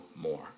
more